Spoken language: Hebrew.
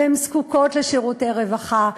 והן זקוקות לשירותי רווחה,